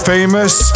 Famous